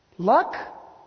Luck